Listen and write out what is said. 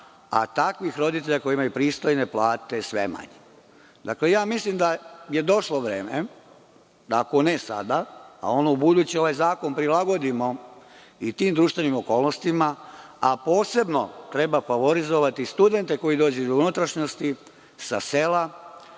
a takvih roditelja koji imaju pristojne plate je sve manje. Mislim da je došlo vreme, ako ne sada, a ono ubuduće ovaj zakon da prilagodimo i tim društvenim okolnostima, a posebno treba favorizovati studente koji dođu iz unutrašnjosti sa sela,